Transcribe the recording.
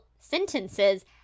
sentences